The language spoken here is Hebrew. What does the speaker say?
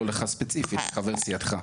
לא לך ספציפית, לחבר סיעתך.